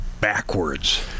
backwards